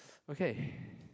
okay